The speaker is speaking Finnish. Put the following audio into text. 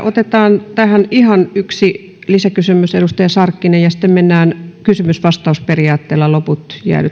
otetaan tähän ihan yksi lisäkysymys edustaja sarkkinen ja sitten mennään kysymys vastaus periaatteella loput